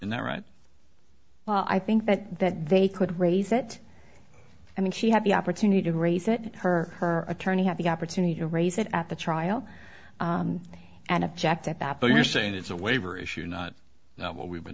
and that right i think that that they could raise it i mean she had the opportunity to raise it her her attorney had the opportunity to raise it at the trial and object at that but you're saying it's a waiver issue not what we